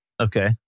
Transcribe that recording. Okay